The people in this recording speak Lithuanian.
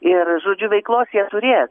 ir žodžiu veiklos jie turės